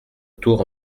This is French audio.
tour